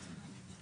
רוצים.